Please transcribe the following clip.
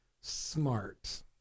smart